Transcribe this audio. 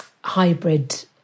hybrid